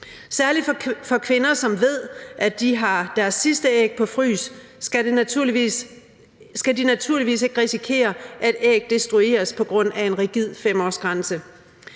Særlig kvinder, som ved, at de har deres sidste æg på frys, skal naturligvis ikke risikere, at æg destrueres på grund af en rigid 5-årsgrænse.